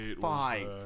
five